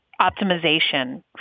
optimization